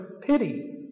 pity